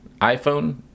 iPhone